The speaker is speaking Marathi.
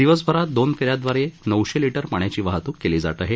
दिवसभरात दोन फेऱ्यांदवारे नऊशे लीटर पाण्याची वाहतूक केली जात आहे